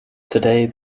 today